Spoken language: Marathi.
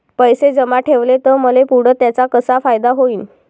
पैसे जमा ठेवले त मले पुढं त्याचा कसा फायदा होईन?